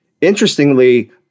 interestingly